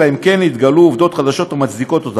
אלא אם כן התגלו עובדות חדשות המצדיקות אותן.